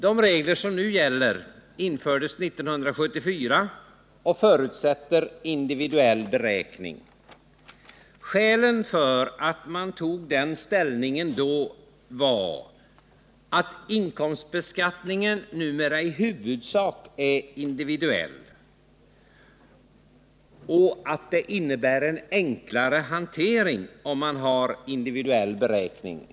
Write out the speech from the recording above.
De regler som nu gäller infördes 1974 och förutsätter individuell beräkning. De skäl som man anförde för att inta den ställningen då var att inkomstbeskattningen numera i huvudsak är individuell och att det innebär enklare hantering, om man har individuell beräkning.